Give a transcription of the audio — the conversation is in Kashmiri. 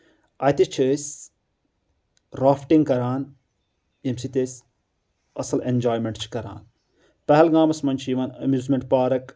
اَتہِ چھِ أسۍ رافٹِنٛگ کَران ییٚمہِ سۭتۍ أسۍ اَصٕل اینٛجایمینٹ چھِ کَران پہلگامَس منٛز چھِ یِوان ایٚمیوٗزمؠنٛٹ پارک